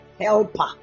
Helper